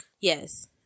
Yes